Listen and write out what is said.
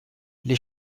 les